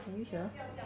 can you hear